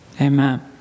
Amen